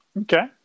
Okay